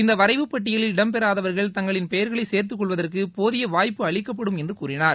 இந்த வரைவு பட்டியலில் இடம் பெறாதவர்கள் தங்களின் பெயர்களை சேர்த்து கொள்வதற்கு போதிய வாய்ப்பு அளிக்கப்படும் என்று கூறினார்